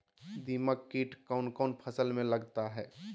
दीमक किट कौन कौन फसल में लगता है?